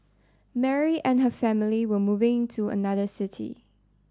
Mary and her family were moving to another city